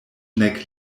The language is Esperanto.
nek